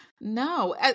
no